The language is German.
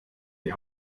die